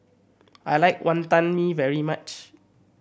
I like Wonton Mee very much